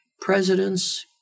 presidents